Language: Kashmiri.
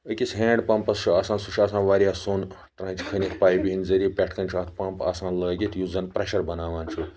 أکِس ہیٚنٛڈ پَمپَس چھُ آسان سُہ چھُ آسان واریاہ سوٚن ٹریٚنٛچ کھیٚنِتھ پایپہِ ہِنٛدۍ ذٔریعہ پٮ۪ٹھ کٔنۍ چھُ اَتھ پَمپ آسان لٲگِتھ یُس زَن پریٚشَر بَناوان چھُ